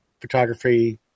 photography